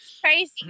crazy